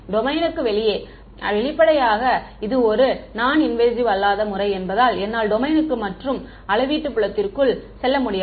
டொமைனுக்கு வெளியே வெளிப்படையாக இது ஒரு நான் இன்வேஸிவ் அல்லாத முறை என்பதால் என்னால் டொமைனுக்குள் மற்றும் அளவீட்டு புலத்திற்குள் செல்ல முடியாது